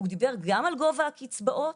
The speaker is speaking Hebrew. הדוח דיבר גם על גובה הקצבאות,